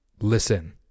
Listen